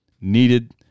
needed